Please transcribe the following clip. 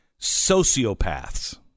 Sociopaths